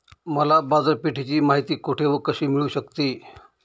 मला बाजारपेठेची माहिती कुठे व कशी मिळू शकते?